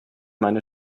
meine